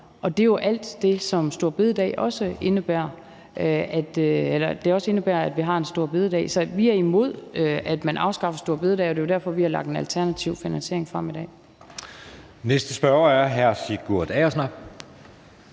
og det er jo alt det, der også indebærer, at vi har en store bededag. Så vi er imod, at man afskaffer store bededag, og det er derfor, vi har lagt en alternativ finansiering frem i dag. Kl. 14:09 Anden næstformand